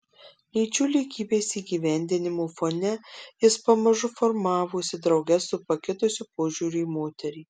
lyčių lygybės įgyvendinimo fone jis pamažu formavosi drauge su pakitusiu požiūriu į moterį